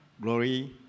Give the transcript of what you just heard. glory